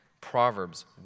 Proverbs